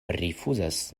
rifuzas